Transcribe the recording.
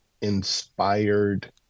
inspired